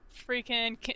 freaking